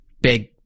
big